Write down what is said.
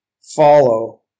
follow